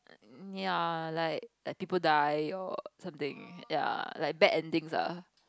ya like like people die or something ya like bad endings lah